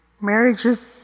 Marriages